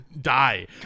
die